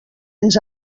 ens